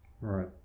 Right